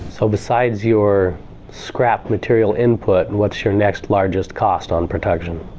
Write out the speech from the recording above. so besides your scrap material input, what's your next largest cost on production?